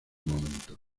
momento